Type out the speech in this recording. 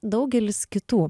daugelis kitų